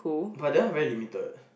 but that one very limited